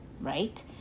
right